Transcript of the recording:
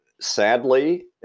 sadly